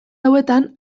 hauetan